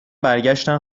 برگشتن